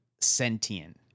sentient